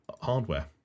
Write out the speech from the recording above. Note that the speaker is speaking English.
hardware